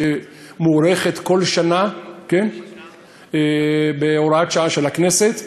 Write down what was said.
שמוארכת בכל שנה בהוראת שעה של הכנסת.